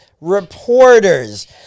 reporters